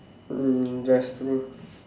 um that's true